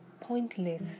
pointless